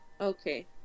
okay